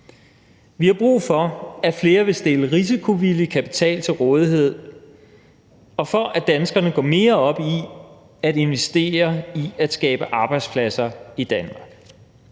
Vi har brug for, at flere vil stille risikovillig kapital til rådighed, og for, at danskerne går mere op i at investere i at skabe arbejdspladser i Danmark.